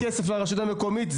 לא עולה כסף לרשות המקומית.